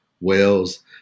Whales